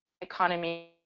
economy